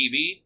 TV